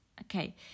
Okay